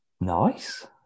Nice